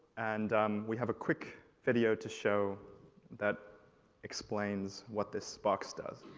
and we have a quick video to show that explains what this box does.